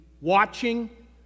watching